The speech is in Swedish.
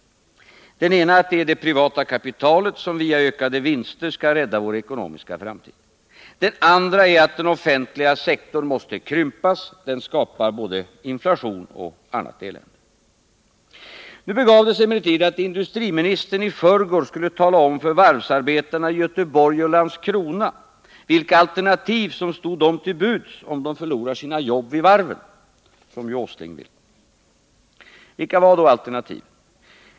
Den ena är att det privata kapitalet via ökade vinster skall rädda vår ekonomiska framtid. Den andra är att den offentliga sektorn måste krympas — den skapar både inflation och annat elände. Nu begav det sig emellertid så att industriministern i förrgår skulle tala om för varvsarbetarna i Göteborg och Landskrona vilka alternativ som står dem till buds om de förlorar sina jobb vid varven, som ju Nils Åsling vill att de skall göra. Vilka var dessa alternativ?